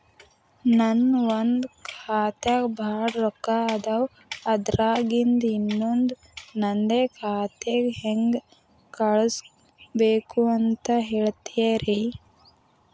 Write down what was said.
ನನ್ ಒಂದ್ ಖಾತ್ಯಾಗ್ ಭಾಳ್ ರೊಕ್ಕ ಅದಾವ, ಅದ್ರಾಗಿಂದ ಇನ್ನೊಂದ್ ನಂದೇ ಖಾತೆಗೆ ಹೆಂಗ್ ಕಳ್ಸ್ ಬೇಕು ಹೇಳ್ತೇರಿ?